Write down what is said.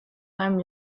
einem